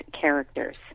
characters